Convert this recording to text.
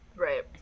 Right